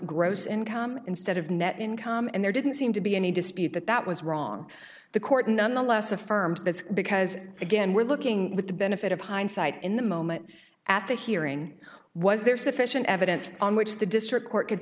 gross income instead of net income and there didn't seem to be any dispute that that was wrong the court nonetheless affirmed that because again we're looking at the benefit of hindsight in the moment at that hearing was there sufficient evidence on which the district court could